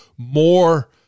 More